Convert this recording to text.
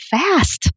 fast